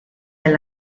del